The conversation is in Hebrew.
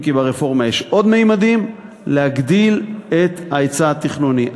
אם כי ברפורמה יש עוד ממדים: להגדיל את ההיצע התכנוני,